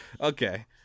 okay